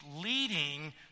leading